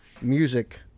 music